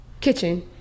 kitchen